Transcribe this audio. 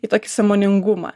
į tokį sąmoningumą